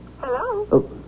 Hello